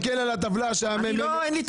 אין לי את